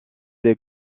des